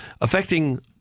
affecting